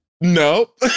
Nope